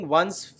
one's